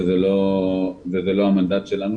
זה לא המנדט שלנו,